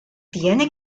tiene